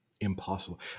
impossible